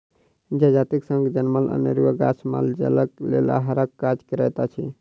जजातिक संग जनमल अनेरूआ गाछ माल जालक लेल आहारक काज करैत अछि